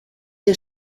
der